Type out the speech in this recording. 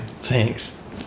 Thanks